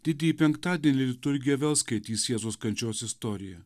didįjį penktadienį liturgija vėl skaitys jėzaus kančios istoriją